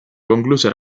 concluse